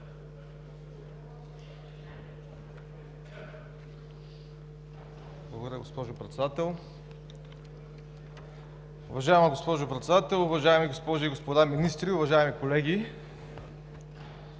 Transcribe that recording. Благодаря, госпожо Председател. Уважаема госпожо Председател, уважаеми госпожи и господа министри, уважаеми колеги!